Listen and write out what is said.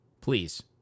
Please